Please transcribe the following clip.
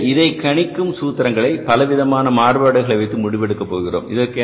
எனவே இதை கணிக்கும் சூத்திரங்களை பல விதமான மாறுபாடுகளை வைத்து முடிவு எடுக்கப் போகிறோம்